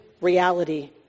reality